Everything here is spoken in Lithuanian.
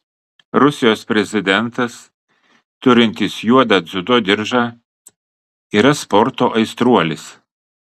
rusijos prezidentas turintis juodą dziudo diržą yra sporto aistruolis